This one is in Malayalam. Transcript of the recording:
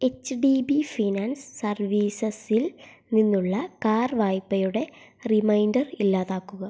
എച്ച് ഡി ബി ഫിനാൻസ് സർവീസസിൽ നിന്നുള്ള കാർ വായ്പയുടെ റിമൈൻഡർ ഇല്ലാതാക്കുക